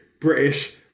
British